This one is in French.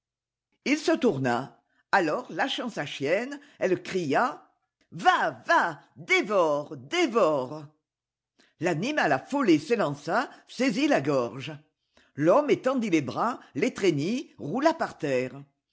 ii se tourna alors lâchant sa chienne elle cria va va dévore dévore l'animal affolé s'élança saisit la gorge l'homme étendit les bras l'étreignit roula par terre